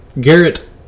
Garrett